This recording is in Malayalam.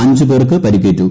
അഞ്ച് പേർക്ക് പരിക്കേറ്റു